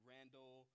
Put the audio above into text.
Randall